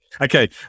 Okay